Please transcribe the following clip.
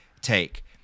take